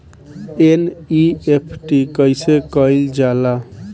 NEFT कइसे कइल जाला?